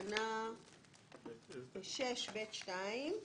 בתקנה 5(ב)(2),